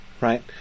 right